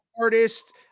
artist